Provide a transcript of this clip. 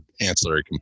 ancillary